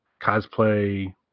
cosplay